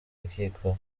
urukiko